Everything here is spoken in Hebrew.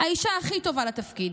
האישה הכי טובה לתפקיד.